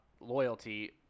loyalty